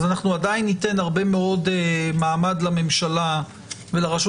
אנחנו עדיין ניתן הרבה מאוד מעמד לממשלה ולרשות